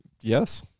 Yes